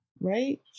Right